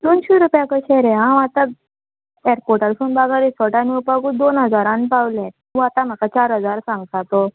दोनशें रुपया कशें रे हांव आतां एअरपोर्टारसून बागा रेसोर्टान येवपाकूच दोन हजारान पावलें तूं आतां म्हाका चार हजार सांगता तो